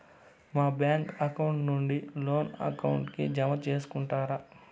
మా bank account నుండి loan account కి జామ సేసుకుంటారా?